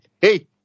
Hey